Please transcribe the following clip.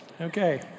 Okay